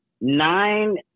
Nine